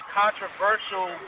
controversial